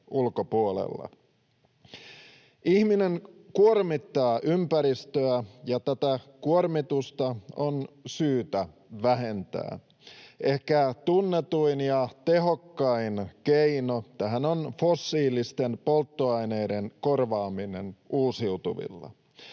ulkopuolella. Ihminen kuormittaa ympäristöä, ja tätä kuormitusta on syytä vähentää. Ehkä tunnetuin ja tehokkain keino tähän on fossiilisten polttoaineiden korvaaminen uusiutuvilla.